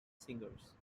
singers